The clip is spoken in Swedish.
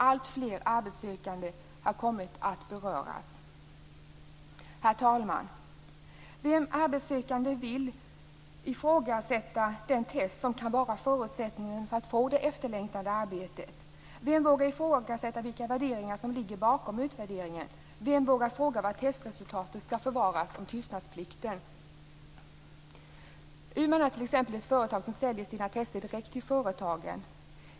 Alltfler arbetssökande har kommit att beröras. Herr talman! Vilken arbetssökande vill ifrågasätta den test som kan vara förutsättningen för att få det efterlängtade arbetet? Vem vågar ifrågasätta vilka värderingar som ligger bakom utvärderingen? Vem vågar fråga var testresultatet skall förvaras - om tystnadsplikten? U-Man är t.ex. ett företag som säljer sina test direkt till företagen.